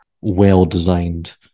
well-designed